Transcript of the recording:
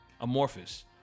Amorphous